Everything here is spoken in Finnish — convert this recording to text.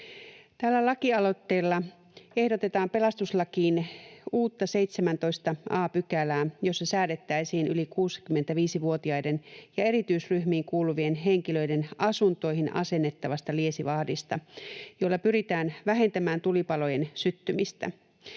Tällä lakialoitteella ehdotetaan pelastuslakiin uutta 17 a §:ää, jossa säädettäisiin yli 65-vuotiaiden ja erityisryhmiin kuuluvien henkilöiden asuntoihin asennettavasta liesivahdista, jolla pyritään vähentämään tulipalojen syttymistä.